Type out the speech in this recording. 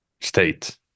state